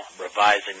revising